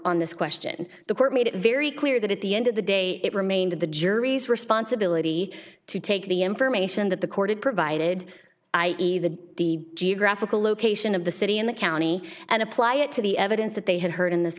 on this question the court made it very clear that at the end of the day it remained the jury's responsibility to take the information that the court had provided i see the geographical location of the city in the county and apply it to the evidence that they had heard in this